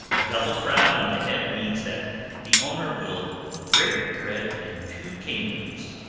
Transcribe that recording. a double crown on the head means that the owner will break bread in two kingdoms.